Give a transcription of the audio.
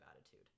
attitude